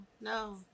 no